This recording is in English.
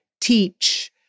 teach